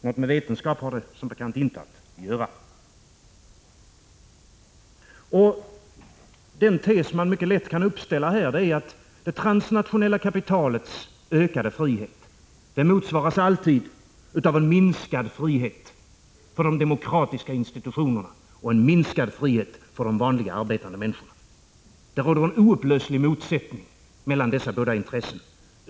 Något med vetenskap har det som bekant inte att göra. Den tes man mycket lätt kan uppställa är att det transnationella kapitalets ökade frihet alltid motsvaras av en minskad frihet för de demokratiska institutionerna och för de vanliga arbetande människorna. Det råder en oupplöslig motsättning mellan dessa båda intressen.